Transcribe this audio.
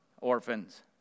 orphans